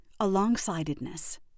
Alongsidedness